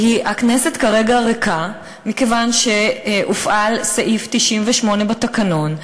כי הכנסת כרגע ריקה כיוון שהופעל סעיף 98 בתקנון,